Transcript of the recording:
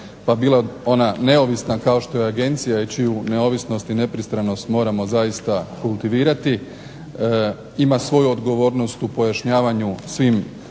pa bila ona neovisna kao što je Agencija i čiju neovisnost i nepristranost moramo zaista kultivirati ima svoju odgovornost u pojašnjavanju svim